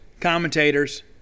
commentators